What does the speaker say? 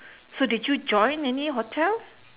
so did you join any hotel